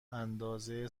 اندازه